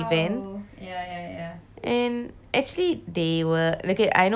and actually they were okay I know personally I know havoc brothers